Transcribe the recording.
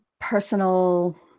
personal